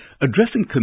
Addressing